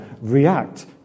react